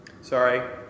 Sorry